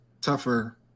tougher